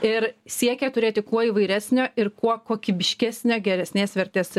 ir siekia turėti kuo įvairesnio ir kuo kokybiškesnio geresnės vertės